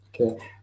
Okay